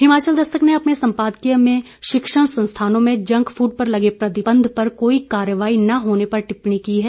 हिमाचल दस्तक ने अपने संपादकीय ने शिक्षण संस्थानों में जंक फूड पर लगे प्रतिबंध पर कोई कार्रवाई न होने पर टिप्पणी की है